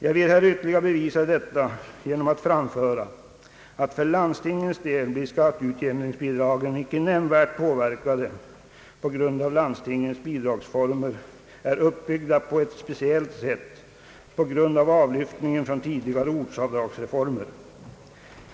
Jag vill här ytterligare belysa detta genom att framföra att för landstingens del blir skatteutjämningsbidragen icke nämnvärt påverkade genom att landstingens bidragsformer är uppbyggda på ett speciellt sätt på grund av avlyftning från tidigare ortsavdragsreformer.